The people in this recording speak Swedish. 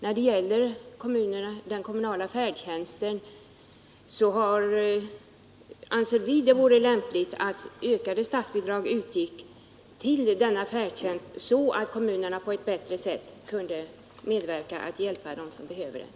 När det gäller den kommunala färdtjänsten anser vi att det vore lämpligt att statsbidrag utgick så att kommunerna bättre kan medverka till att hjälpa dem som behöver hjälp.